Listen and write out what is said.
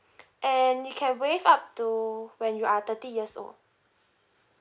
and you can waive up to when you are thirty years old